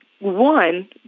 one